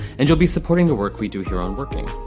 and you'll be supporting the work we do here on working.